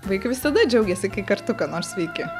vaikai visada džiaugiasi kai kartu ką nors veikiu